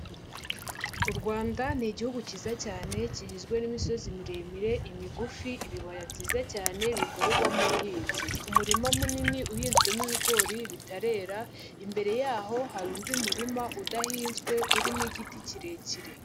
U Rwanda ni igihugu cyiza cyane kigizwe n'imisozi miremire, imigufi, ibibaya byiza cyane bikorerwamo ubuhinzi. Umurima munini uhinzwemo ibigori bitarera, imbere yaho hari undi murima udahinzwe urimo igiti kirekire.